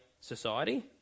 society